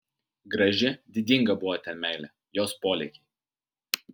graži didinga buvo ten meilė jos polėkiai